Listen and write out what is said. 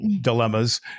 dilemmas